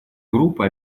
группа